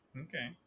Okay